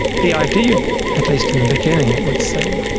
the ideal, at least in the beginning it would seem,